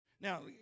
Now